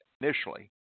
initially